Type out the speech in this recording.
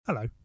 Hello